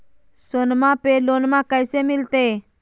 सोनमा पे लोनमा कैसे मिलते?